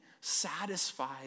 satisfied